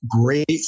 great